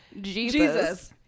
Jesus